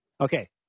Okay